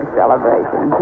celebration